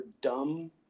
dumb